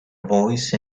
voice